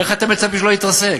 איך אתם מצפים שלא להתרסק?